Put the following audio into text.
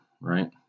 right